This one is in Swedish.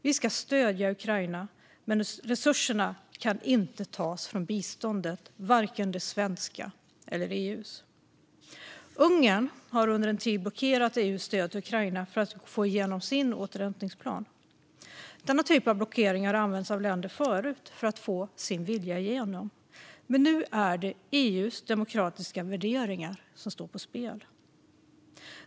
Vi ska stödja Ukraina, men resurserna kan inte tas från biståndet - varken det svenska eller EU:s. Ungern har under en tid blockerat EU:s stöd till Ukraina för att få igenom sin återhämtningsplan. Denna typ av blockeringar har använts av länder förut för att de ska få sin vilja igenom, men nu är det EU:s demokratiska värderingar som står på spel.